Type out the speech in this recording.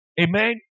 Amen